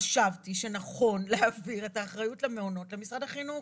חשבתי שנכון להעביר את אחריות למעונות למשרד החינוך.